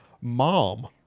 mom